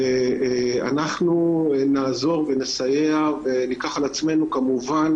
ואנחנו נעזור ונסייע וניקח על עצמו כמובן